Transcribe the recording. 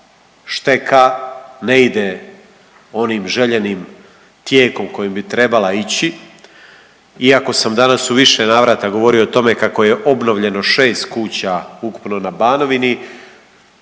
šteka, ne ide onim željenim tijekom kojim bi trebala ići. Iako sam danas u više navrata govorio o tome kako je obnovljeno šest kuća ukupno na Banovini